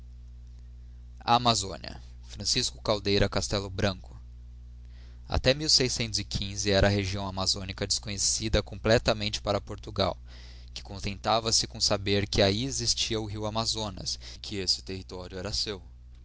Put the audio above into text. amazónia francisco caldeira castello branco até era a região amazonica desconhecida completamente para portugnl que contentava ge cora eaber que ahi existia o rio amazonas e que esse território era geu